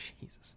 Jesus